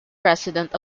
president